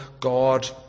God